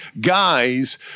guys